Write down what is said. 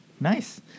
Nice